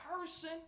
person